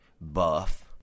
buff